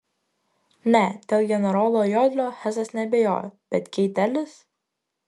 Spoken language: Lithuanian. ne dėl generolo jodlio hesas neabejojo bet keitelis